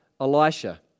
Elisha